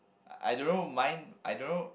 I don't know mine I don't know